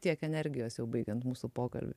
tiek energijos jau baigiant mūsų pokalbį